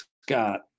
Scott